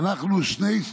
ואנחנו שני,